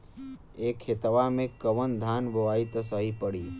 ए खेतवा मे कवन धान बोइब त सही पड़ी?